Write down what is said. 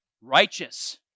righteous